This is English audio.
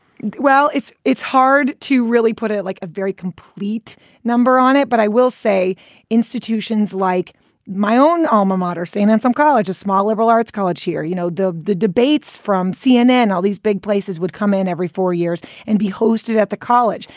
well, it's it's hard to really put it like a very complete number on it. but i will say institutions like my own alma mater, st. anselm college, a small liberal arts college here, you know, the the debates from cnn, all these big places would come in every four years. and be hosted at the college.